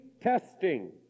Testing